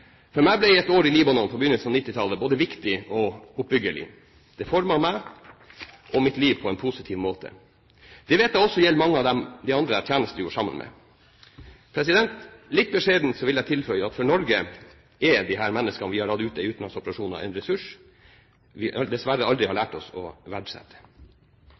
For meg ble et år i Libanon på begynnelsen av 1990-tallet både viktig og oppbyggelig. Det formet meg og mitt liv på en positiv måte. Det vet jeg også gjelder for mange av de andre som jeg tjenestegjorde sammen med. Litt beskjedent vil jeg tilføye at for Norge er disse menneskene vi har hatt ute i utenlandsoperasjoner, en ressurs vi dessverre aldri har lært oss å verdsette.